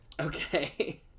Okay